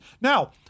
Now